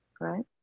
right